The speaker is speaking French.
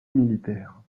militaire